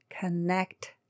connect